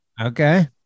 Okay